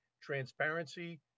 transparency